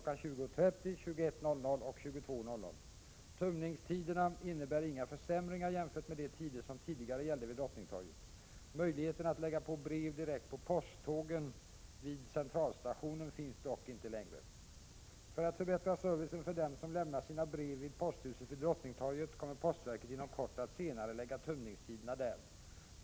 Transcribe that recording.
20.30, 21.00 och 22.00. Tömningstiderna innebär inga försämringar jämfört med de tider som tidigare gällde vid Drottningtorget. Möjligheten att lägga på brev direkt på posttågen vid centralstationen finns dock inte längre. För att förbättra servicen för dem som lämnar sina brev vid posthuset vid Drottningtorget kommer postverket inom kort att senarelägga tömningstiderna där.